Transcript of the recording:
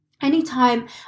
Anytime